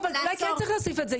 אולי כן צריך להוסיף את זה.